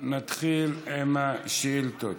ונתחיל עם השאילתות.